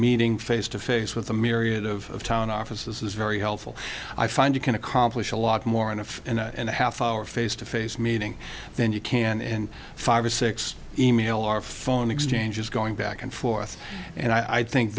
meeting face to face with a myriad of town offices is very helpful i find you can accomplish a lot more and if and a half hour face to face meeting then you can in five or six email or phone exchanges going back and forth and i think